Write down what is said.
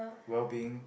well being